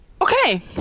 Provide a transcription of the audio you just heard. Okay